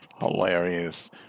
Hilarious